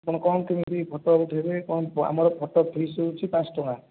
ଆପଣ କ'ଣ କେମିତି ଫଟୋ ଉଠାଇବେ କ'ଣ ଆମର ଫଟୋ ଫିସ୍ ହେଉଛି ପାଞ୍ଚ ଟଙ୍କା